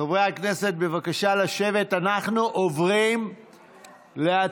חברי הכנסת, בבקשה לשבת, אנחנו עוברים להצבעה.